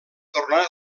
tornà